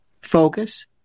focus